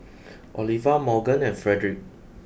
Oliva Morgan and Fredrick